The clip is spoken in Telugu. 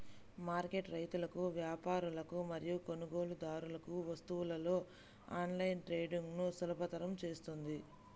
మార్కెట్ రైతులకు, వ్యాపారులకు మరియు కొనుగోలుదారులకు వస్తువులలో ఆన్లైన్ ట్రేడింగ్ను సులభతరం చేస్తుంది